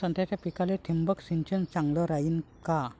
संत्र्याच्या पिकाले थिंबक सिंचन चांगलं रायीन का?